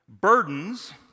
burdens